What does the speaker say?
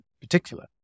particular